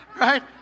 right